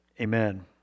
amen